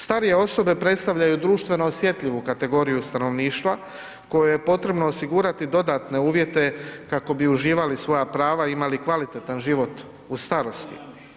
Starije osobe predstavljaju društveno osjetljivu kategoriju stanovništva kojem je potrebno osigurati dodatne uvjete kako bi uživali svoja prava i imali kvalitetan život u starosti.